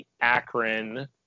Akron